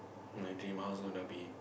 my dream house gonna be